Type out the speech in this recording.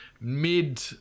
mid